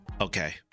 Okay